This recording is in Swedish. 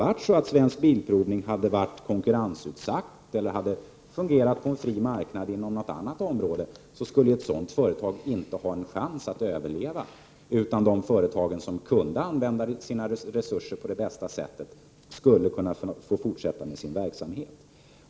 Om Svensk Bilprovning hade varit konkurrensutsatt eller hade fungerat på en fri marknad inom något annat område, skulle ett sådant företag inte ha haft någon en chans att överleva, utan då skulle de företag som kunde använda sina resurser på det bästa sättet kunna fortsätta med sin verksamhet.